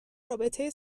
رابطه